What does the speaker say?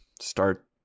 start